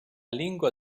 lingua